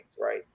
right